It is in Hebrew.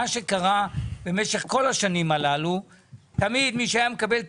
במשך כל השנים הללו תמיד מי שהיה מקבל את